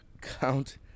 Count